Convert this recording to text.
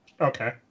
Okay